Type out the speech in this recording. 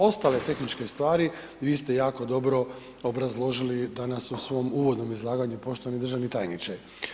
Ostale tehničke stvari, vi ste jako dobro obrazložili danas u svom uvodnom izlaganju, poštovani državni tajniče.